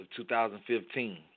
2015